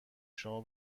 شما